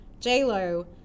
J.Lo